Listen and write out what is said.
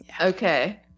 Okay